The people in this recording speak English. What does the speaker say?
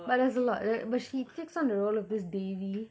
but there's a lot err but she takes on the role of this T_V